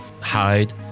hide